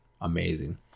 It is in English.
Amazing